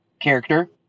character